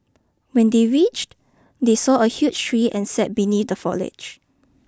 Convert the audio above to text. when they reach they saw a huge tree and sat beneath the foliage